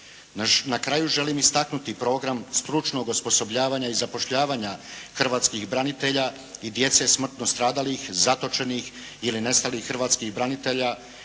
Na kraju želim istaknuti program stručnog osposobljavanja i zapošljavanja hrvatskih branitelja i djece smrtno stradalih, zatočenih ili nestalih hrvatskih branitelja